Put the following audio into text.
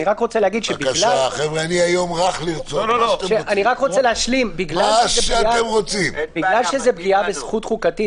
אני רק רוצה להשלים ולומר שבגלל שזאת פגיעה בזכות חוקתית,